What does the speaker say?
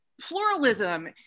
pluralism